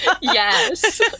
Yes